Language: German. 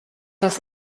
das